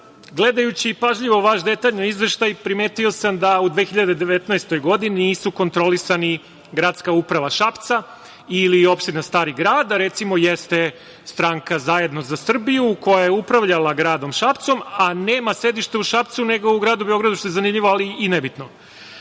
dinara. Gledajući pažljivo vaš detaljan izveštaj, primetio sam da u 2019. godini nisu kontrolisani Gradska uprava Šapca ili opština Stari grad, a recimo jeste stranka Zajedno za Srbiju koja je upravljala gradom Šapcom, a nema sedište u Šapcu, nego u gradu Beogradu, što je zanimljivo, ali i nebitno.U